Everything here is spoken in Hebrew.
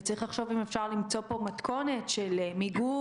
וצריך לחשוב אם אפשר למצוא פה מתכונת של מיגון,